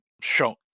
shock